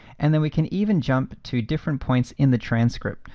and then we can even jump to different points in the transcript.